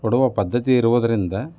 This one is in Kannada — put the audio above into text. ಕೊಡುವ ಪದ್ಧತಿ ಇರುವುದರಿಂದ